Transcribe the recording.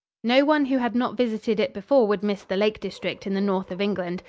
no one who had not visited it before would miss the lake district in the north of england.